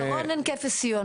בעיקרון אין כפל סיוע.